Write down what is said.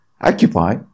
occupy